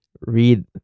read